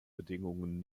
bedingungen